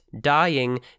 dying